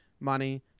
money